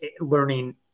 learning